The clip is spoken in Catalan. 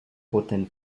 porten